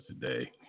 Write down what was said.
today